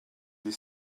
des